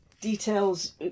details